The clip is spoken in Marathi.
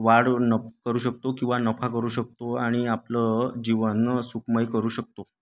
वाढ न करू शकतो किंवा नफा करू शकतो आणि आपलं जीवन सुखमय करू शकतो